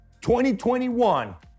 2021